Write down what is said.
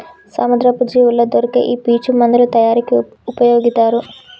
సముద్రపు జీవుల్లో దొరికే ఈ పీచు మందుల తయారీకి ఉపయొగితారు